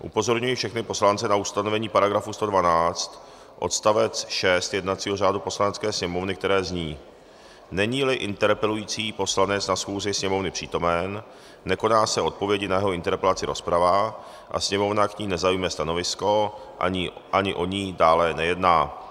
Upozorňuji všechny poslance na ustanovení § 112 odst. 6 jednacího řádu Poslanecké sněmovny, které zní: Neníli interpelující poslanec na schůzi Sněmovny přítomen, nekoná se o odpovědi na jeho interpelaci rozprava a Sněmovna k ní nezaujme stanovisko ani o ní dále nejedná.